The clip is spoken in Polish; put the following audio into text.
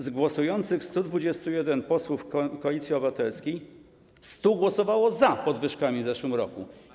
Z głosujących 121 posłów Koalicji Obywatelskiej 100 głosowało za podwyżkami w zeszłym roku.